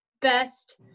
best